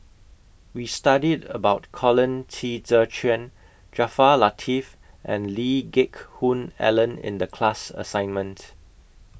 We studied about Colin Qi Zhe Quan Jaafar Latiff and Lee Geck Hoon Ellen in The class assignment